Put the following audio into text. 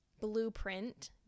blueprint